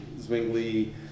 Zwingli